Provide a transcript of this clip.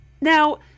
Now